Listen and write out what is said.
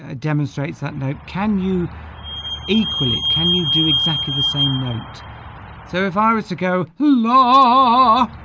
ah demonstrates that no can you equal it can you do exactly the same note so if i were to go hello ah